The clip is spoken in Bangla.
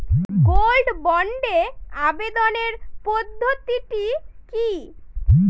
গোল্ড বন্ডে আবেদনের পদ্ধতিটি কি?